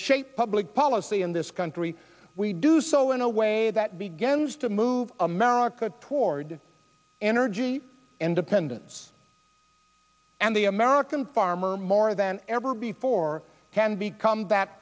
shape public policy in this country we do so in a way that begins to move america toward energy independence and the american farmer more than ever before can be combat